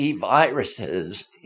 viruses